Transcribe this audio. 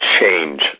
change